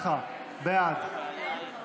בעד מנסור עבאס,